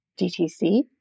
DTC